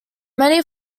many